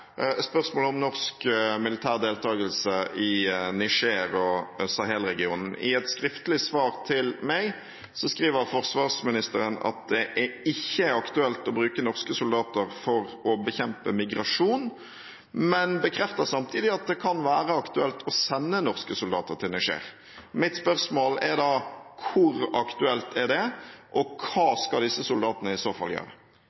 spørsmålet om norsk militær deltakelse i Niger og Sahel-regionen. I et skriftlig svar til meg skriver forsvarsministeren at det ikke er aktuelt å bruke norske soldater for å bekjempe migrasjon, men hun bekrefter samtidig at det kan være aktuelt å sende norske soldater til Niger. Mitt spørsmål er da: Hvor aktuelt er det, og hva skal disse soldatene i så fall gjøre?